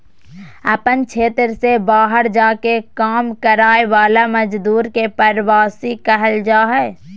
अपन क्षेत्र से बहार जा के काम कराय वाला मजदुर के प्रवासी कहल जा हइ